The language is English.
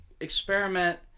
experiment